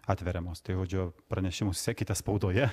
atveriamos tai žodžiu pranešimus sekite spaudoje